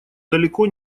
далеко